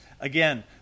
Again